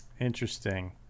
Interesting